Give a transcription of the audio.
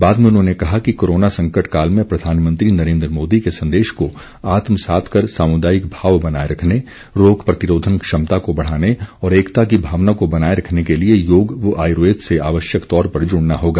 बाद में उन्होंने कहा कि कोरोना संकट काल में प्रधानमंत्री नरेन्द्र मोदी के संदेश को आत्मसात कर सामुदायिक भाव बनाए रखने रोग प्रतिरोधन क्षमता को बढ़ाने और एकता की भावना को बनाए रखने के लिए योग व आयुर्वेद से आवश्यक तौर पर जुड़ना होगा